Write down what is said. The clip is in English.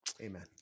Amen